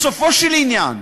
בסופו של עניין,